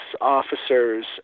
officers